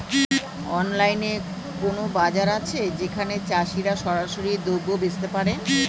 অনলাইনে কোনো বাজার আছে যেখানে চাষিরা সরাসরি দ্রব্য বেচতে পারে?